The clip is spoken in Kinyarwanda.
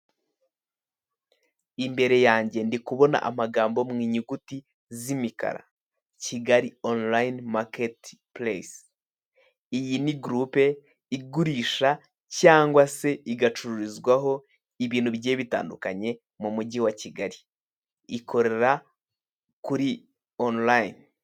Imbere yange ndi kubona amagambo mu inyuguti z'imikara Kigali online market place, iyi ni group igurisha cyangwa se igacururizwaho ibintu bigiye bitandukanye mu mujyi wa Kigali, ikorera kuri online.